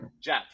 Jeff